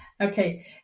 Okay